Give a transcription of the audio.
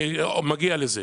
אני מגיע לזה.